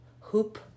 hoop